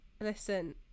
Listen